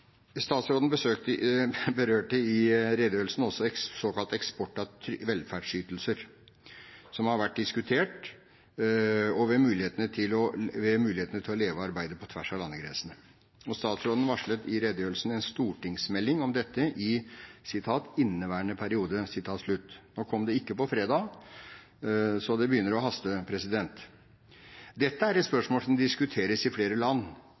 Statsråden berørte også i redegjørelsen såkalt eksport av velferdsytelser, som har vært en annen omdiskutert side ved mulighetene til å leve og arbeide på tvers av landegrensene. Statsråden varslet i redegjørelsen en stortingsmelding om dette i inneværende periode. Den kom ikke på fredag, så det begynner å haste. Dette er et spørsmål som diskuteres i flere land.